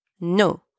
no